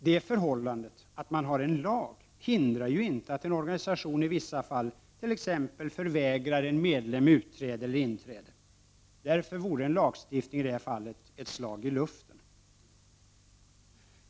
Det förhållandet att man har en lag hindrar ju inte att en organisation i vissa fall t.ex. förvägrar en medlem utträde eller inträde. Därför vore en lagstiftning i detta fall ett slag i luften.